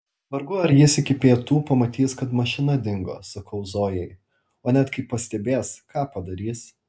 vargu ar jis iki pietų pamatys kad mašina dingo sakau zojai o net kai pastebės ką padarys